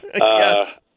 Yes